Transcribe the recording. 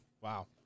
Wow